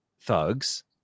thugs